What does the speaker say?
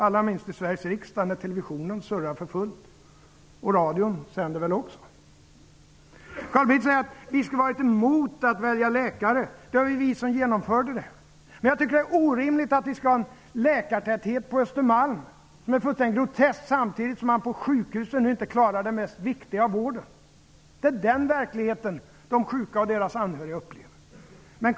Allra minst i Sveriges riksdag när televisionens kameror surrar för fullt, och radion sänder väl också. Carl Bildt säger att vi socialdemokrater skulle varit emot att människor skall få välja läkare. Det var vi som genomförde det. Men jag tycker att det är orimligt att vi skall ha en läkartäthet på Östermalm som är fullständigt grotesk samtidigt som man på sjukhusen inte klarar den mest viktiga vården. Det är den verkligheten de sjuka och deras anhöriga upplever.